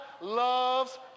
loves